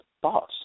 thoughts